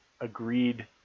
agreed